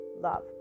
love